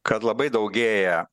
kad labai daugėja